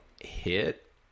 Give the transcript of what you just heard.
hit